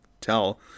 tell